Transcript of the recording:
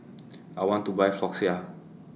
I want to Buy Floxia